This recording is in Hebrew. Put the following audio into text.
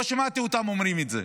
לא שמעתי אותם אומרים את זה,